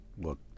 look